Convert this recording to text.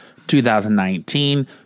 2019